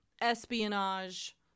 espionage